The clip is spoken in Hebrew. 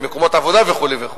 מקומות עבודה וכו' וכו'.